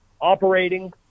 operating